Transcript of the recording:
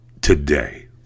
today